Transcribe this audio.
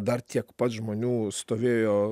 dar tiek pat žmonių stovėjo